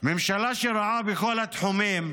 ממשלה שרעה בכל התחומים,